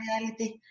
reality